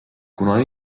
kuna